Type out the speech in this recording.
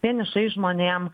vienišais žmonėm